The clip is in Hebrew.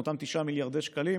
אותם 9 מיליארד שקלים,